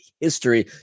history